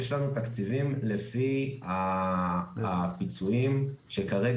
יש לנו תקציבים לפי הפיצויים שכרגע